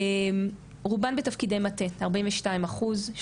רובן בתפקידי מטה 42 אחוז,